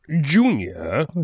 Junior